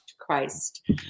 Christ